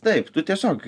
taip tu tiesiog